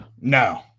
No